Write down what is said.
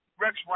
Rex